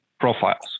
profiles